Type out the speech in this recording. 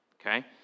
Okay